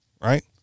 right